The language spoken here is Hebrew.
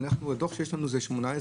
הדוח שיש בפנינו הוא מ-2018,2019.